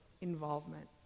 involvement